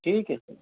ٹھیک ہے